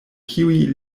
kiuj